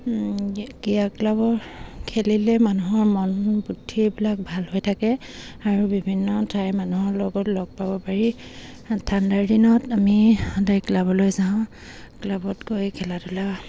ক্ৰীড়া ক্লাবত খেলিলে মানুহৰ মন বুদ্ধি এইবিলাক ভাল হৈ থাকে আৰু বিভিন্ন ঠাই মানুহৰ লগত লগ পাব পাৰি ঠাণ্ডাৰ দিনত আমি সদায় ক্লাবলৈ যাওঁ ক্লাবত গৈ খেলা ধূলা